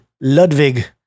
Ludwig